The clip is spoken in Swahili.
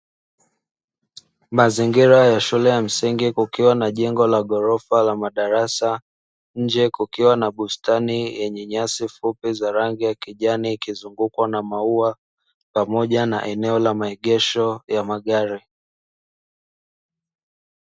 Mazingira ya shule ya msingi, kukiwa na jengo la ghorofa la madarasa, nje kukiwa na bustani yenye nyasi fupi za rangi ya kijani ikizungukwa na maua, pamoja na eneo la maegesho ya magari.